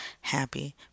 happy